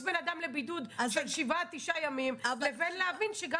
בן אדם לבידוד של שבעה עד תשעה ימים לבין להבין שגם